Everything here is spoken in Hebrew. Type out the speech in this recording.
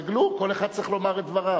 תתרגלו, כל אחד צריך לומר את דבריו.